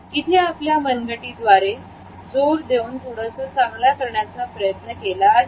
इथे आपल्या मनगटी ला जोर देऊन थोडसं चांगला करण्याचा प्रयत्न केला आहे